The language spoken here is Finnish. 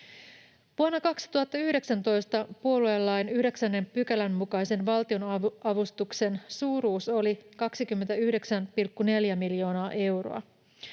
Vuonna 2019 puoluelain 9 §:n mukaisen valtionavustuksen suuruus oli 29,4 miljoonaa euroa.